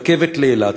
רכבת לאילת,